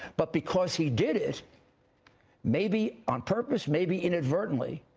but because he did it may be on purpose, may be inadvertently,